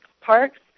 Parks